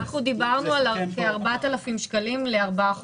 אנחנו דיברנו על כ-4,000 שקלים לארבעה חודשים.